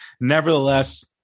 nevertheless